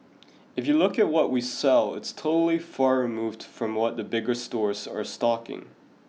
if you look at what we sell it's totally far removed from what the bigger stores are stocking